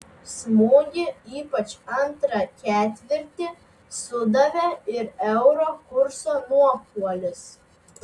smūgį ypač antrą ketvirtį sudavė ir euro kurso nuopuolis